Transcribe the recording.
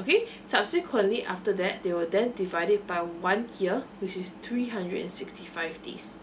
okay subsequently after that they will then divide it by one year which is three hundred and sixty five days